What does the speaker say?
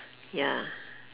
ya